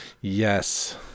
yes